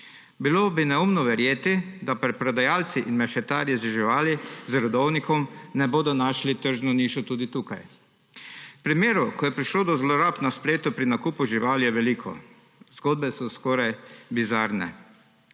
Bilo bi neumno verjeti, da preprodajalci in mešetarji z živalmi z rodovnikom ne bodo našli tržne niše tudi tukaj. Primerov, ko je prišlo do zlorab na spletu pri nakupu živali, je veliko. Zgodbe so skoraj bizarne.